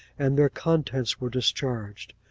and their contents were discharged.